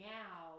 now